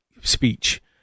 speech